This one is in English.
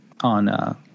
on